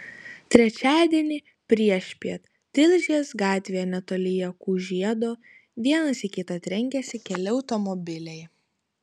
trečiadienį priešpiet tilžės gatvėje netoli jakų žiedo vienas į kitą trenkėsi keli automobiliai